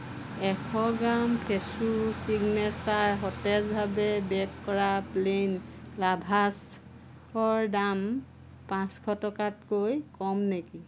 এশ gram fresco signature সতেজভাৱে bake কৰা প্লেইন লাভাছৰ দাম পাঁচশ টকাতকৈ কম নেকি